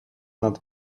not